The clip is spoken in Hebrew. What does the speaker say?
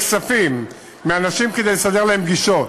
כספים מאנשים כדי לסדר להם פגישות.